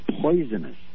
poisonous